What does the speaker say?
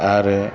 आरो